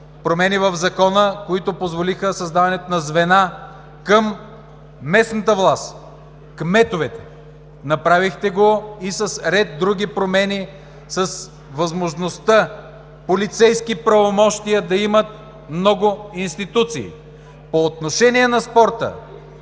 промени в Закона, които позволиха създаването на звена към местната власт, кметовете, направихте го и с ред други промени, с възможността полицейски правомощия да имат много институции. По отношение на спорта